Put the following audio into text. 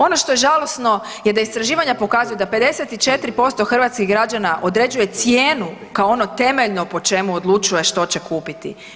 Ono što je žalosno je da istraživanja pokazuju da 54% hrvatskih građana određuje cijenu kao ono temeljno po čemu odlučuje što će kupiti.